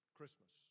Christmas